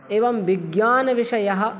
एवं विज्ञानविषयः